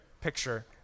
picture